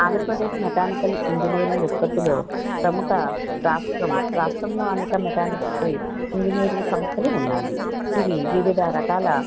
Andhra Pradesh mechanical engineering ఉత్పత్తిలో ప్రముఖ రాష్ట్రం రాష్ట్రంలో అనేక మెకానికల్ ఇంజనీరింగ్ సంస్థలు ఉన్నాయి ఇవి వివిధ రకాల